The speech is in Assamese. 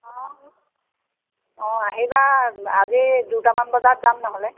অঁ অঁ আহিবা আমি দুটামান বজাত যাম নহ'লে